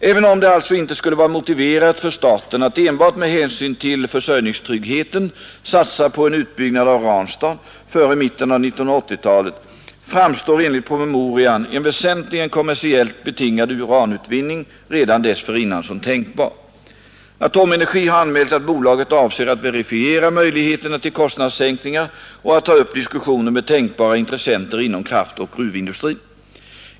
Även om det alltså inte skulle vara motiverat för staten att enbart med hänsyn till försörjningstryggheten satsa på en utbyggnad av Ranstad före mitten av 1980-talet framstår enligt promemorian en väsentligen kommersiellt betingad uranutvinning redan dessförinnan som tänkbar. Atomenergi har anmält att bolaget avser att verifiera möjligheterna till kostnadssänkningar och att ta upp diskussioner med tänkbara intressenter inom kraftoch gruvindustrin.